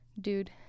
dude